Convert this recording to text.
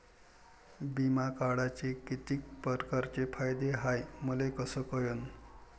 बिमा काढाचे कितीक परकारचे फायदे हाय मले कस कळन?